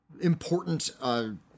important